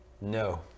No